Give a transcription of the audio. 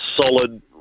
solid